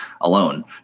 alone